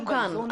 אנחנו כאן.